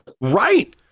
Right